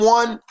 one